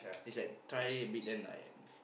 is like try beat them like